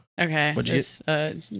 Okay